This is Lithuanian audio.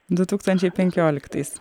du tūkstančiai penkioliktais